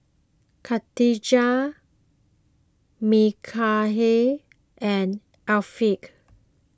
Katijah Mikhail and Afiq